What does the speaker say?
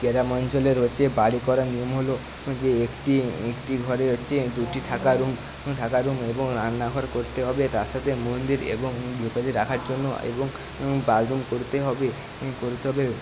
গ্রাম অঞ্চলের হচ্ছে বাড়ি করার নিয়ম হলো যে একটি একটি ঘরে হচ্ছে দুটি থাকার রুম থাকার রুম এবং রান্নাঘর করতে হবে তার সাথে মন্দির এবং ভিতরে রাখার জন্য এবং বাথরুম করতে হবে করতে হবে